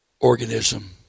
organism